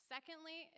Secondly